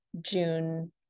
June